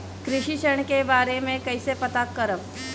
कृषि ऋण के बारे मे कइसे पता करब?